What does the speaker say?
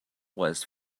was